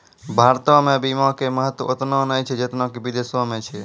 भारतो मे बीमा के महत्व ओतना नै छै जेतना कि विदेशो मे छै